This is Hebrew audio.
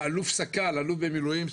האלוף סקל האלוף במילואים,